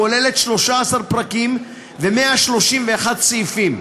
הכוללת 13 פרקים ו-131 סעיפים.